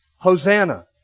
Hosanna